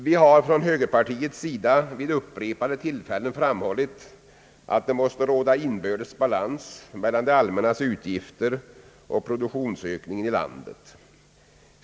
Vi från högerpartiet har vid upprepade tillfällen framhållit, att det måste råda inbördes balans mellen det allmännas utgifter och produktionsökningen i landet.